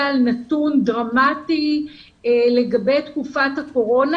על נתון דרמטי לגבי תקופת הקורונה.